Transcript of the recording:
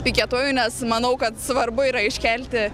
piketuoju nes manau kad svarbu yra iškelti